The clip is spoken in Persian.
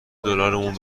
دلارمون